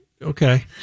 okay